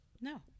No